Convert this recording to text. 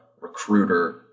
recruiter